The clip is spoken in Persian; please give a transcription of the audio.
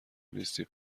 نیستی